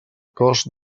cost